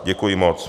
Děkuji moc.